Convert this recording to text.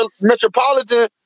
Metropolitan